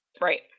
Right